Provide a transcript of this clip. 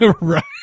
Right